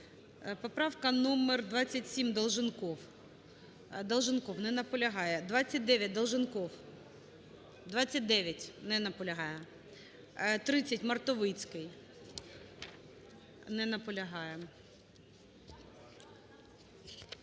Поправка номер 27, Долженков. Долженков не наполягає. 29, Долженков, 29. Не наполягає. 30, Мартовицький. Не наполягає.